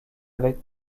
avec